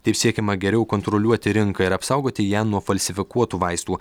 taip siekiama geriau kontroliuoti rinką ir apsaugoti ją nuo falsifikuotų vaistų